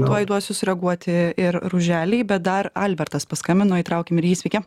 tuoj duosiu sureaguoti ir ruželei bet dar albertas paskambino įtraukim ir jį sveiki